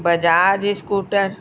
Bajaj scooter